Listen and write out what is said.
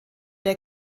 der